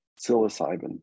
psilocybin